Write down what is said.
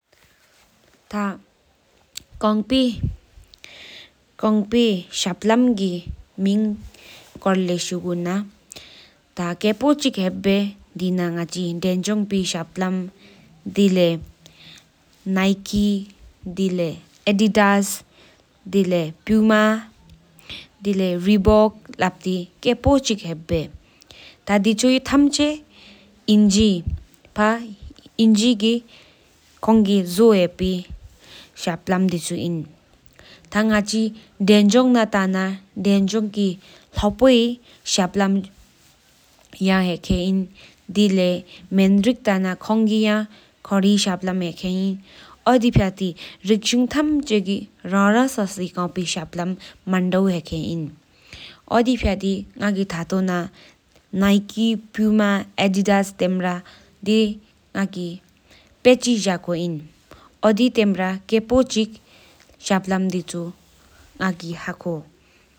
ཐ། ཀོན་པི་ ཤབས་གླམ་གི་ མིང། གི་ སྐོར་ལས་ཤུ་གུ་ན་ ཐ་ཀེ་པོ་ ཅི་ ཧེབ་པཻ་ ཐ་དེ་ན་ ང་གཅིག་ དེ་བཞོན་པི་ ཤབས་གླམ་ དེ་ལེ་ ནི་ཀེ་, ཨ་དི་དས་ དེ་ལེ་ ཕུ་མ་ རེ་བོལ་ ལབ་ཏི་ ཀེ་པོ་ ཅི་ ཧེབ་པཻ་ ཐ་དེ་ཆོ་ ཐམ་ཅེ་ འཇི་ ན་ འཇུ་ ཡེ་ཁེན་ ཤབས་གླམ་ ཅི་ ཨིན། ཐ། ང་གཅིག་ དེ་བཞོང་ ན་ ཐ་ན་ དེ་བཞོང་གི་ ལྷོ་པི་ ཤབས་གླམ་ དེ་ལེ་ མེན་རིག་ ལོ་ ཐ་ན་ མེན་རིག་ ལོ་ ཡ་ ཁོང་གི་ སྤེད་གླམ་ ཧེ་པོ་ ཨིནན། ཨོ་དི་ ཕཡ་ཏི་ རིག་གཟུང་ ཐམ་ཅེ་ ལོ་ རང་རང་ བསོ་སི་ ཤབས་གླམ་ ཧེ། ཨོ་དི་ ཕཡ་ཏི་ ནི་ཀེ་ ཕུ་མ་ དེ་ཆོ་ ང་གི་ པཻ་ ཅི་ ལྔ་ཀོ་ ཨིནན་ ཨོ་དེ་ མ་ཐའ་ ང་གི་ ཤབས་གླམ་ ཀེ་པོང་ གོར་ལས་ ཧ་ཁོ།